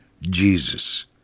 Jesus